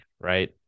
right